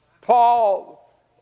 Paul